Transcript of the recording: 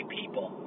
people